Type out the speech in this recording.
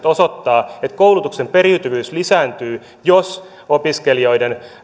osoittavat että koulutuksen periytyvyys lisääntyy jos opiskelijoiden